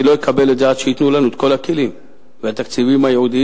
אני לא אקבל את זה עד שייתנו לנו את כל הכלים והתקציבים הייעודיים,